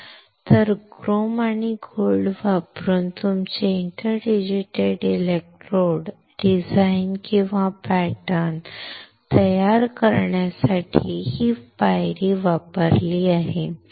तर क्रोम आणि गोल्ड वापरून तुमचे इंटर डिजीटेटेड इलेक्ट्रोड डिझाइन किंवा पॅटर्न करण्यासाठी वापरलेली ही पायरी आहे